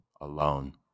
alone